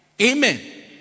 Amen